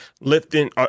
lifting